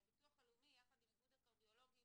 שביטוח לאומי יחד עם איגוד הקרדיולוגים